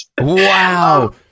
wow